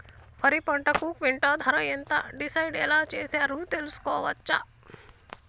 వరి పంటకు క్వింటా ధర ఎంత డిసైడ్ ఎలా చేశారు తెలుసుకోవచ్చా?